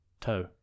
toe